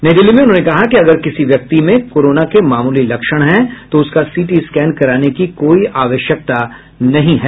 नई दिल्ली में उन्होंने कहा कि अगर किसी व्यक्ति में कोरोना के मामूली लक्षण हैं तो उसका सीटी स्कैन कराने की कोई आवश्यकता नहीं है